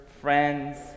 friends